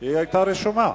היא היתה רשומה.